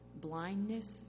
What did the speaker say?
blindness